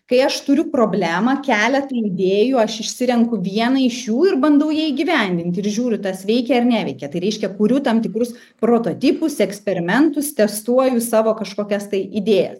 kai aš turiu problemą keletą idėjų aš išsirenku vieną iš šių ir bandau ją įgyvendinti ir žiūriu tas veikia ar neveikia tai reiškia kuriu tam tikrus prototipus eksperimentus testuoju savo kažkokias tai idėjas